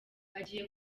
agiye